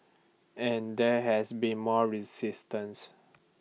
and there has been more resistance